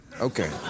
Okay